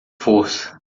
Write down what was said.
força